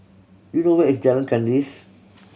do you know where is Jalan Kandis